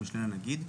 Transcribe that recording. המשנה לנגיד,